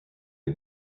est